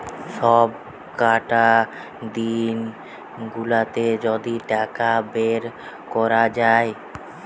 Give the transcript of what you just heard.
সবকটা দিন গুলাতে যদি টাকা বের কোরা যায়